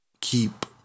keep